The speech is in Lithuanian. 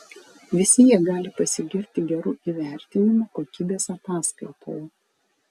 visi jie gali pasigirti geru įvertinimu kokybės ataskaitoje